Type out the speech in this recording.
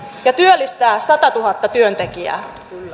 ja työllistää satatuhatta työntekijää